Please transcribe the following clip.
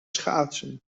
schaatsen